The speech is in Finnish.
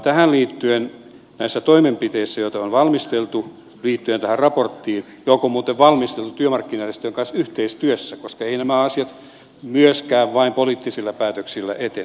tähän liittyen on valmisteltu toimenpiteitä tähän raporttiin joka on muuten valmisteltu työmarkkinajärjestöjen kanssa yhteistyössä koska eivät nämä asiat myöskään vain poliittisilla päätöksillä etene